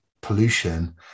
pollution